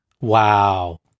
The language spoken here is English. Wow